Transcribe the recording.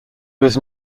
was